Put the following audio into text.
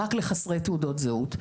רק לחסרי תעודות זהות.